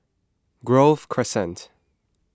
Grove Crescent